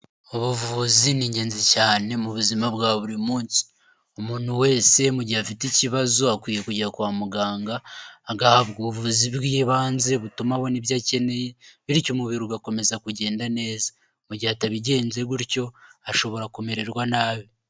Ubuvuzi ni ingenzi cyane mu buzima bwa buri munsi, umuntu wese mu gihe afite ikibazo akwiye kujya kwa muganga agahabwa ubuvuzi bw'ibanze butuma abona ibyo akeneye bityo umubiri ugakomeza kugenda neza, mu gihe atabigenje gutyo ashobora kumererwa nabi.